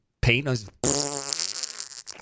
paint